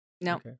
No